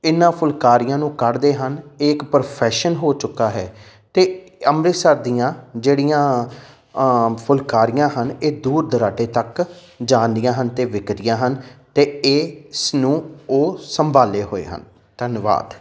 ਇਹਨਾਂ ਫੁਲਕਾਰੀਆਂ ਨੂੰ ਕੱਢਦੇ ਹਨ ਇਹ ਇੱਕ ਪ੍ਰੋਫੈਸ਼ਨ ਹੋ ਚੁੱਕਾ ਹੈ ਅਤੇ ਅੰਮ੍ਰਿਤਸਰ ਦੀਆਂ ਜਿਹੜੀਆਂ ਫੁਲਕਾਰੀਆਂ ਹਨ ਇਹ ਦੂਰ ਦੁਰਾਡੇ ਤੱਕ ਜਾਂਦੀਆਂ ਹਨ ਅਤੇ ਵਿਕਦੀਆਂ ਹਨ ਅਤੇ ਇਹ ਇਸ ਨੂੰ ਉਹ ਸੰਭਾਲੇ ਹੋਏ ਹਨ ਧੰਨਵਾਦ